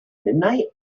midnight